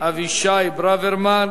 אבישי ברוורמן,